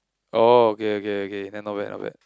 oh okay okay okay then not bad not bad